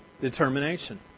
Determination